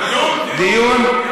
דיון.